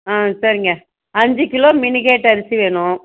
ஆ சரிங்க அஞ்சு கிலோ மினிகேட் அரிசி வேணும்